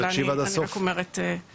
אלא אני רק אומרת --- לא נכון,